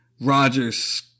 Rogers